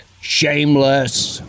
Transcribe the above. Shameless